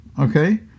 Okay